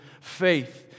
faith